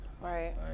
Right